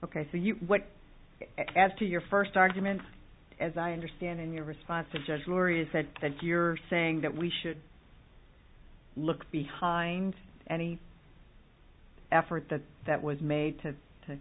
ok so you what as to your first argument as i understand in your response a judge jury said that you're saying that we should look behind any effort that that was made to to